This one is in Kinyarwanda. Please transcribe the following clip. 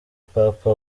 papa